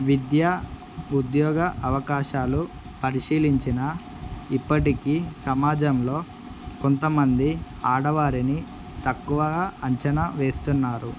విద్య ఉద్యోగ అవకాశాలు పరిశీలించిన ఇప్పటికీ సమాజంలో కొంతమంది ఆడవారిని తక్కువగా అంచనా వేస్తున్నారు